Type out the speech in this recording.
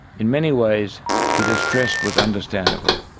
in many ways their distress was understandable.